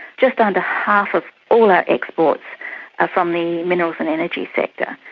just under half of all our exports are from the minerals and energy sector.